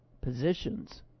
positions